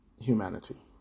humanity